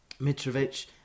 Mitrovic